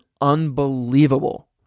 unbelievable